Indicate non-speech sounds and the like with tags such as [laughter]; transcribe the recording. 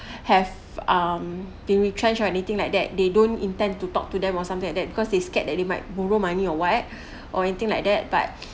[breath] have um they retrenched or anything like that they don't intend to talk to them or something like that because they scared that they might borrow money or what [breath] or anything like that but